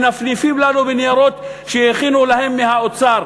מנפנפים לנו בניירות שהכינו להם מהאוצר.